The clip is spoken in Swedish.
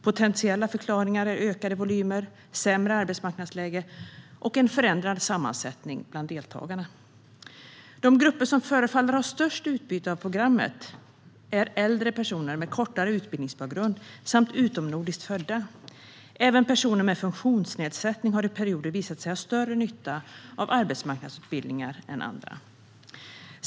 Potentiella förklaringar är ökade volymer, sämre arbetsmarknadsläge och en förändrad sammansättning bland deltagarna. De grupper som förefaller ha störst utbyte av programmet är äldre, personer med kortare utbildningsbakgrund samt utomnordiskt födda. Även personer med funktionsnedsättning har i perioder visat sig ha större nytta av arbetsmarknadsutbildningar än andra.